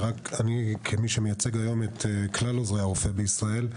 כמי שמייצג היום את כלל עוזרי הרופא בישראל,